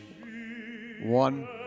One